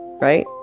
right